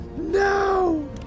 No